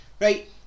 right